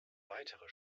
weitere